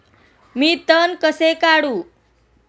मी तण कसे काढू?